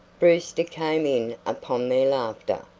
brewster came in upon their laughter.